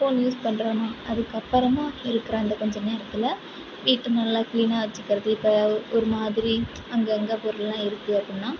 phone use பண்ணுறேனா அதுக்கப்புறமா இருக்கிற அந்த கொஞ்ச நேரத்தில் வீட்டை நல்லா கிளீனாக வெச்சுக்கிறது இப்போ ஒரு மாதிரி அங்கே அங்கே பொருளெலாம் இருக்குது அப்டின்னா